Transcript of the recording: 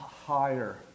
higher